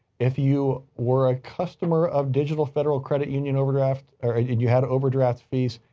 if you were a customer of digital federal credit union overdraft, or you had overdraft fees,